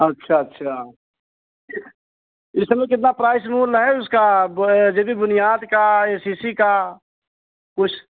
अच्छा अच्छा इसमें कितना प्राइस रूल है उसका जे पी बुनियाद का ऐ सी सी का कुछ